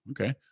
okay